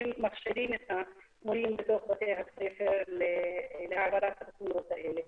מכשירים את המורים בתוך בתי הספר להעברת התוכניות האלה.